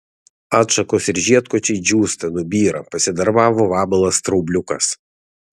atšakos ir žiedkočiai džiūsta nubyra pasidarbavo vabalas straubliukas